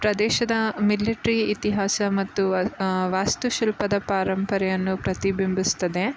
ಪ್ರದೇಶದ ಮಿಲಿಟ್ರಿ ಇತಿಹಾಸ ಮತ್ತು ವಾಸ್ತುಶಿಲ್ಪದ ಪಾರಂಪರ್ಯವನ್ನು ಪ್ರತಿಬಿಂಬಿಸ್ತದೆ